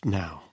now